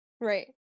right